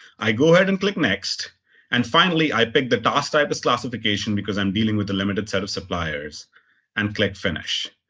i go ahead and click next and finally, i pick the task type as classification because i'm dealing with a limited set of suppliers and click finish.